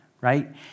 right